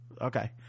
okay